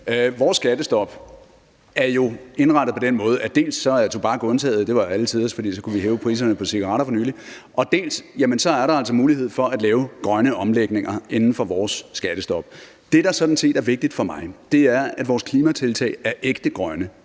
Vores skattestop er jo indrettet på den måde, at dels er tobak undtaget – det var alle tiders, for så kunne vi hæve priserne på cigaretter for nylig – og dels er der altså mulighed for at lave grønne omlægninger inden for vores skattestop. Det, der sådan set er vigtigt for mig, er, at vores klimatiltag er ægte grønne.